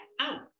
out